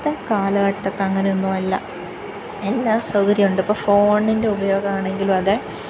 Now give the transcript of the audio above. കാലഘട്ടത്തിൽ അങ്ങനെയൊന്നുമല്ല എല്ലാ സൗകര്യമുണ്ട് ഇപ്പോൾ ഫോണിൻ്റെ ഉപയോഗം ആണെങ്കിലും അതെ